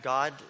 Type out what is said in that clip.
God